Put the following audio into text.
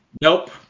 Nope